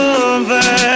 over